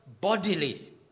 bodily